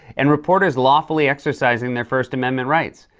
and reporters lawfully exercising their first amendment rights.